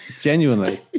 Genuinely